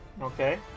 Okay